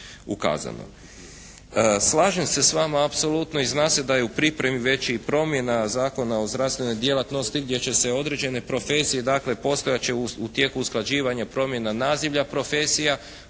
Slažem se s vama apsolutno i zna se da je u pripremi već i promjena Zakona o zdravstvenoj djelatnosti gdje će se određene profesije, znači postojat će u tijeku usklađivanja promjena nazivlja profesija